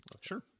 Sure